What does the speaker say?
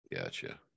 Gotcha